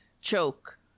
choke